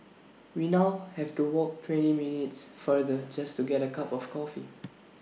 we now have to walk twenty minutes further just to get A cup of coffee